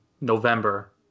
November